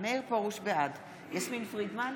בעד יסמין פרידמן,